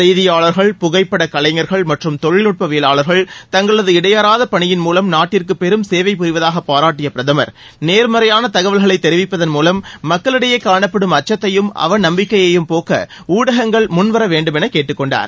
செய்தியாளா்கள் புகைப்பட கலைஞா்கள் மற்றும் தொழில் நுட்பவியாளா்கள் தங்களது இடையறாத பணியின் மூலம் நாட்டிற்கு பெரும் சேவை புரிவதாக பாராட்டிய பிரதமர் நேர்மறையான தகவல்களை தெரிவிப்பதன் மூலம் மக்களிடையே காணப்படும் அச்சத்தையும் அவ நம்பிக்கையையும் போக்க ஊடகங்கள் முன்வர வேண்டுமென கேட்டுக் கொண்டார்